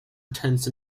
intense